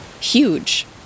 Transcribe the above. huge